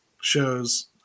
shows